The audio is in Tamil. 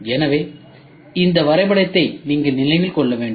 எனவே இந்த வரைபடத்தை நீங்கள் நினைவில் கொள்ள வேண்டும்